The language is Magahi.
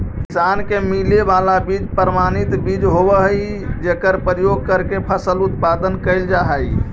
किसान के मिले वाला बीज प्रमाणित बीज होवऽ हइ जेकर प्रयोग करके फसल उत्पादन कैल जा हइ